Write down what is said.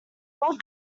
what